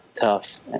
tough